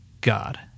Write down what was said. God